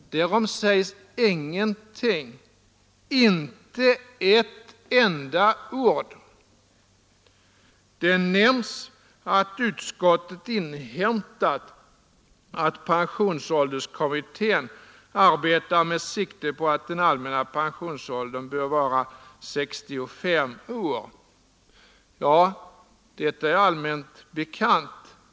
Därom sägs ingenting, inte ett enda ord. Det nämns att utskottet inhämtat att pensionsålderskommittén arbetar med sikte på att den allmänna pensionsåldern bör vara 65 år. Ja, detta är allmänt bekant.